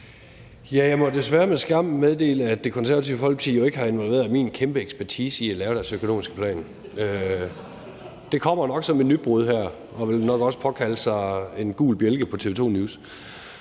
jeg må desværre med skam meddele, at Det Konservative Folkeparti jo ikke har involveret min kæmpe ekspertise i at lave deres økonomiske plan. Det kommer nok som en nyhed her og vil nok også påkalde sig en gul bjælke på TV 2 News.